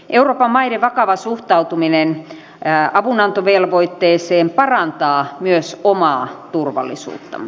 euroopan maiden vakava suhtautuminen avunantovelvoitteeseen parantaa myös omaa turvallisuuttamme